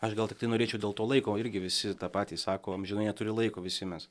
aš gal tiktai norėčiau dėl to laiko irgi visi tą patį sako amžinai neturi laiko visi mes